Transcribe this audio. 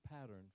pattern